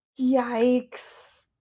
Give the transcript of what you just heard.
Yikes